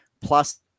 plus